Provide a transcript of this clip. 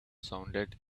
sounded